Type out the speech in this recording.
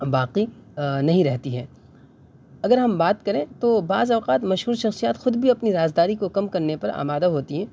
باقی نہیں رہتی ہے اگر ہم بات کریں تو بعض اوقات مشہور شخصیات خود بھی اپنی رازداری کو کم کرنے پر آمادہ ہوتی ہے